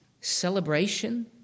celebration